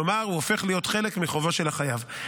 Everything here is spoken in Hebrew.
כלומר הוא הופך להיות חלק מחובו של החייב.